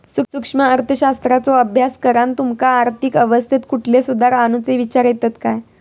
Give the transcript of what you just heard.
सूक्ष्म अर्थशास्त्राचो अभ्यास करान तुमका आर्थिक अवस्थेत कुठले सुधार आणुचे विचार येतत काय?